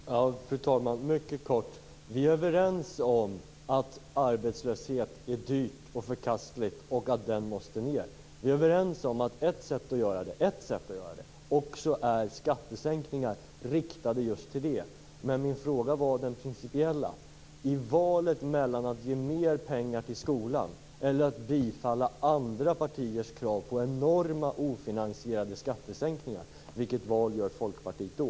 Fru talman! Jag skall fatta mig mycket kort. Vi är överens om att arbetslöshet är dyrt och förkastligt och att arbetslösheten måste ned. Vi är överens om att ett sätt att göra det är skattesänkningar riktade just mot det. Men min fråga var principiell. I valet mellan att ge mer pengar till skolan eller att bifalla andra partiers krav på enorma ofinansierade skattesänkningar, vilket val gör Folkpartiet då?